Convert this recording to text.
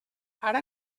ara